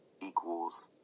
equals